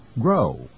grow